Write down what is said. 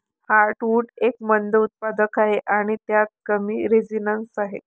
heartwood एक मंद उत्पादक आहे आणि त्यात कमी रेझिनस आहे